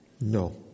No